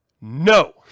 no